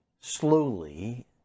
slowly